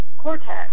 cortex